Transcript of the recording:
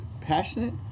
passionate